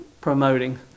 promoting